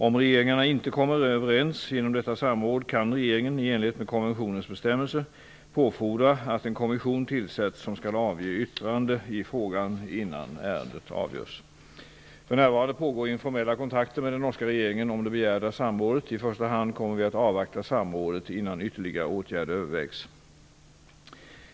Om regeringarna inte kommer överens genom detta samråd, kan regeringen, i enlighet med konventionens bestämmelser, påfordra att en kommission tillsätts som skall avge yttrande i frågan innan ärendet avgörs. För närvarande pågår informella kontakter med den norska regeringen om det begärda samrådet. I första hand kommer vi att avvakta samrådet innan ytterligare åtgärder övervägs.